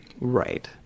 right